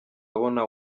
abona